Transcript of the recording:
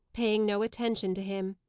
paying no attention to him.